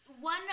one